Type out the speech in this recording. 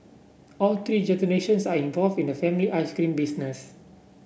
all three generations are involved in the family ice cream business